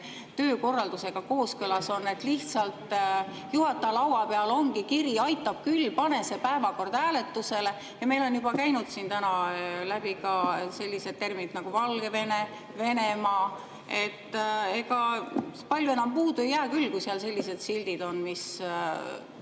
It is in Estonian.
töökorraldusega kooskõlas on? Lihtsalt juhataja laua peal ongi kiri: "Aitab küll, pane see päevakord hääletusele." Ja meil on juba käinud siin täna läbi ka sellised sõnad nagu Valgevene, Venemaa. Ega palju enam puudu ei jää küll, kui seal sellised sildid on, mis